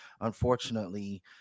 Unfortunately